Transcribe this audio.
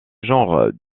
genre